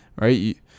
right